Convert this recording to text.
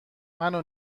منو